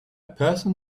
person